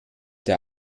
der